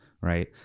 right